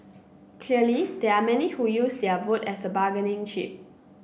clearly there are many who use their vote as a bargaining chip